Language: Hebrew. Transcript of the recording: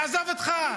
תעזוב אותך.